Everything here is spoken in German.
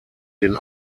den